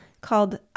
called